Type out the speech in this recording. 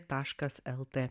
taškas lt